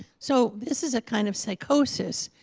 so this is a kind of psychosis.